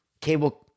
cable